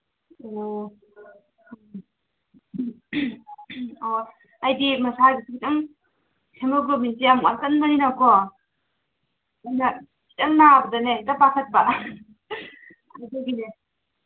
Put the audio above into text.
ꯑꯣ ꯑꯣ ꯑꯩꯗꯤ ꯃꯁꯥꯒꯤꯁꯨ ꯁꯨꯝ ꯍꯦꯃꯣꯒ꯭ꯂꯣꯕꯤꯟꯁꯤ ꯌꯥꯝ ꯋꯥꯠꯀꯟꯕꯅꯤꯅꯀꯣ ꯑꯗꯨꯅ ꯈꯤꯇꯪ ꯅꯥꯕꯗꯅꯦ ꯍꯦꯛꯇ ꯄꯥꯈꯠꯄ ꯑꯗꯨꯒꯤꯅꯦ